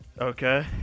Okay